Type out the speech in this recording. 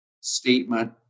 statement